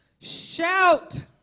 Shout